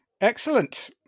excellent